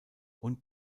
und